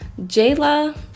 Jayla